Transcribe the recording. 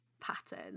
pattern